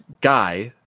guy